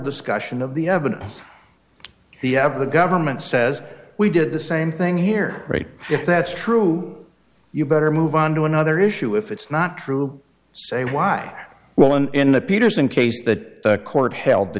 discussion of the evidence the abbott government says we did the same thing here if that's true you better move on to another issue if it's not true say why well in the peterson case that the court held the